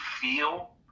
feel